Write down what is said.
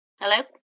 Hello